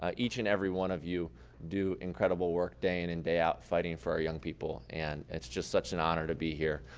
ah each and every one of you do incredible work, day in and day out, fighting for our young people and it's just such an honor to be here.